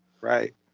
Right